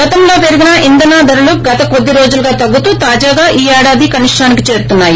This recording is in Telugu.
గతంలో పెరిగిన ఇంధన ధరలు గత కొద్ది రోజులుగా తగ్గుతూ తాజాగా ఈ ఏడాదిలో కనిష్గానికి చేరుతున్సాయి